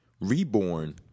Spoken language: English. Reborn